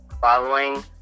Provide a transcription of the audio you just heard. Following